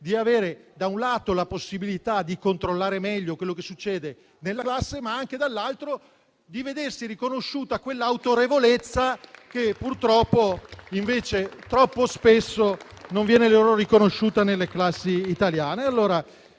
di avere, da un lato, la possibilità di controllare meglio quello che succede nella classe, e dall'altro lato di vedersi riconosciuta quell'autorevolezza che purtroppo invece troppo spesso non viene loro riconosciuta nelle classi italiane.